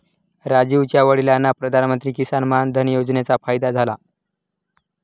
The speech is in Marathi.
राजीवच्या वडिलांना प्रधानमंत्री किसान मान धन योजनेचा फायदा झाला